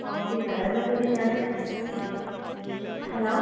okay sir എന്നാൽ പിന്നെ ഞാൻ ഹലോ